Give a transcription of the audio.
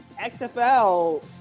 XFL